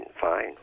fine